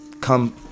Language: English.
come